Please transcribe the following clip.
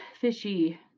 fishy